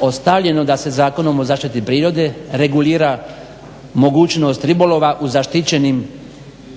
ostavljeno da se Zakonom o zaštiti prirode regulira mogućnost ribolova u zaštićenim